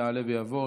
יעלה ויבוא.